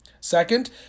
Second